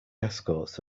escorts